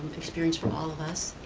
but experience for all of us.